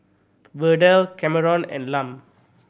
Verdell Kameron and Lum